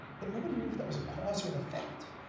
but nobody knew if that was a cause or an effect.